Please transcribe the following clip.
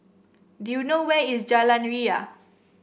do you know where is Jalan Ria